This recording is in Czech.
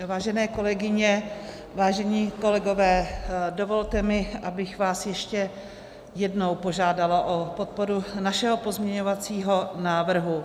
Vážené kolegyně, vážení kolegové, dovolte mi, abych vás ještě jednou požádala o podporu našeho pozměňujícího návrhu.